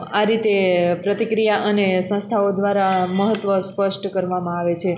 આ રીતે પ્રતિક્રિયા અને સંસ્થાઓ દ્વારા મહત્ત્વ સ્પષ્ટ કરવામાં આવે છે